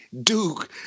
Duke